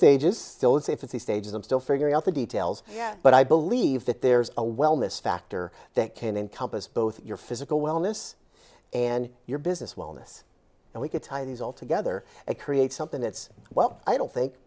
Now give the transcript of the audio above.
stages stages i'm still figuring out the details yet but i believe that there's a wellness factor that can encompass both your physical wellness and your business wellness and we could tie these all together and create something that's well i don't think